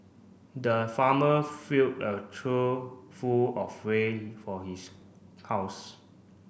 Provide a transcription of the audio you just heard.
the farmer filled a trough full of for his house